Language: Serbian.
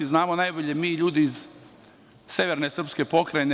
Znamo najbolje mi ljudi iz severne srpske Pokrajine.